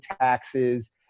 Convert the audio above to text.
taxes